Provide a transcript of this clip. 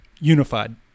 unified